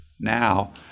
now